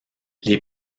les